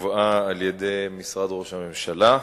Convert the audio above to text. שהובאה על-ידי משרד ראש הממשלה.